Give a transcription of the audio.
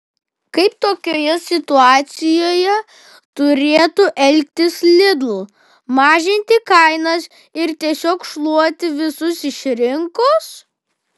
kaip tokioje situacijoje turėtų elgtis lidl mažinti kainas ir tiesiog šluoti visus iš rinkos